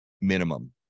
Minimum